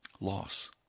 Loss